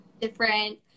different